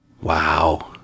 Wow